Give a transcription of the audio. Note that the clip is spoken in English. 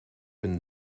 been